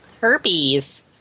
herpes